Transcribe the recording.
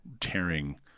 tearing